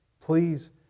please